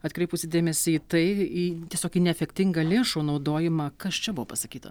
atkreipusi dėmesį į tai į tiesiog į neefektingą lėšų naudojimą kas čia buvo pasakyta